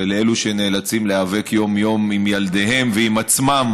ולאלו שנאלצים להיאבק יום-יום עם ילדיהם ועם עצמם